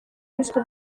ruswa